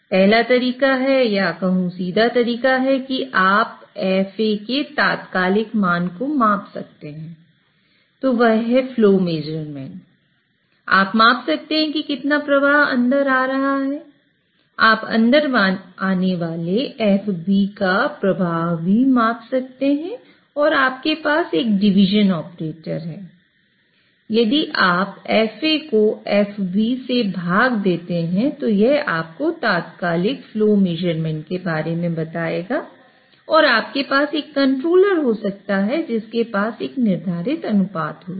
पहला तरीका है या सीधा तरीका है कि आप FA के तात्कालिक मान को माप सकते हैं तो वह है फ्लो मेजरमेंट के बारे में बताएगा और आपके पास एक कंट्रोलर हो सकता है जिसके पास एक निर्धारित अनुपात होगा